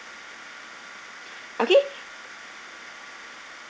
okay